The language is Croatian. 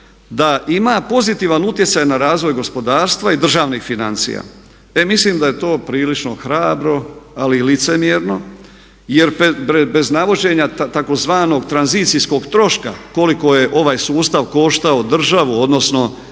da ima pozitivan utjecaj na razvoj gospodarstva i državnih financija. E mislim da je to prilično hrabro ali i licemjerno jer bez navođenja tzv. tranzicijskog troška koliko je ovaj sustav koštao državu, odnosno